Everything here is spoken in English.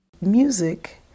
Music